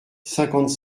cinquante